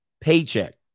paycheck